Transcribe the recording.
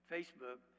Facebook